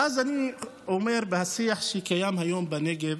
ואז אני אומר שבשיח שקיים היום בנגב,